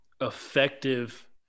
effective